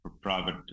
private